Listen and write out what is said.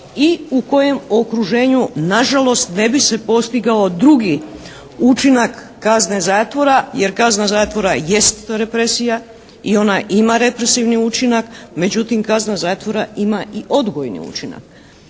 i u kojem okruženju nažalost ne bi se postigao drugi učinak kazne zatvora. Jer kazna zatvora jest represija i ona ima represivni učinak. Međutim kazna zatvora ima i odgojni učinak.